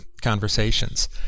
conversations